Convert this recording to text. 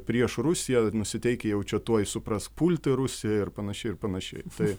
prieš rusiją nusiteikę jau čia tuoj suprask pulti rusiją ir panašiai ir panašiai tai